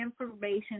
information